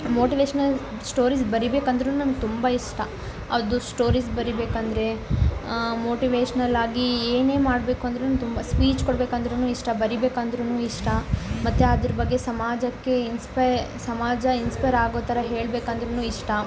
motivational stories ಬರೀಬೇಕಂದ್ರೂ ನಂಗೆ ತುಂಬ ಇಷ್ಟ ಅದು ಶ್ಟೋರೀಸ್ ಬರಿಬೇಕಂದರೆ ಮೋಟಿವೇಶ್ನಲ್ ಆಗಿ ಏನೇ ಮಾಡಬೇಕು ಅಂದ್ರು ತುಂಬ ಸ್ಪೀಚ್ ಕೊಡಬೇಕಂದ್ರೂ ಇಷ್ಟ ಬರೀಬೇಕಂದ್ರೂ ಇಷ್ಟ ಮತ್ತು ಅದರ ಬಗ್ಗೆ ಸಮಾಜಕ್ಕೆ ಇನ್ಸ್ಪ ಸಮಾಜ ಇನ್ಸ್ಪಯರ್ ಆಗೋ ಥರ ಹೇಳ್ಬೇಕಂದ್ರು ಇಷ್ಟ